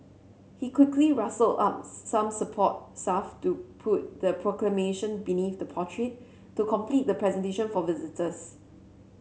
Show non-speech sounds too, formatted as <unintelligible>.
he quickly rustle up some support <unintelligible> to put the proclamation beneath the portrait to complete the presentation for visitors